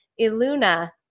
Iluna